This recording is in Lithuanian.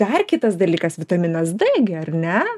dar kitas dalykas vitaminas d gi ar ne